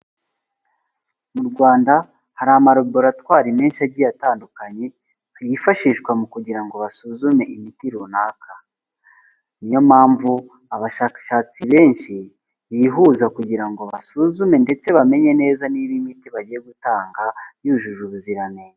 Mu Rwanda hari amaraboratwari menshi agiye atandukanye, yifashishwa kugira ngo basuzume imiti runaka, niyo mpamvu abashakashatsi benshi bihuza kugira ngo basuzume ndetse bamenye neza niba imiti bagiye gutanga yujuje ubuziranenge.